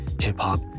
hip-hop